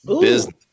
Business